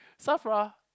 Safra